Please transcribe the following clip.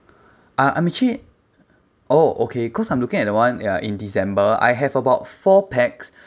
uh I'm actually oh okay cause I'm looking at the one uh in december I have about four pax